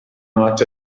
not